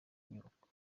inyubako